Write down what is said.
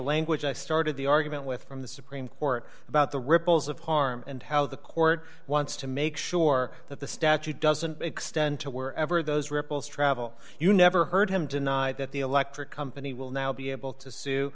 language i started the argument with from the supreme court about the ripples of harm and how the court wants to make sure that the statute doesn't extend to wherever those ripples travel you never heard him deny that the electric company will now be able to sue